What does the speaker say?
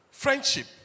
Friendship